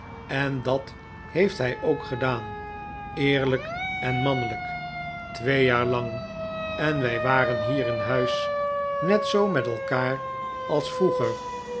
en dat heeft hij ook gedaan eerlijk en mannelijk twee jaar lang en wij waren hier in huis net zoo met elkaar als vroeger